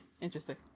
Interesting